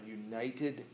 united